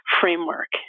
framework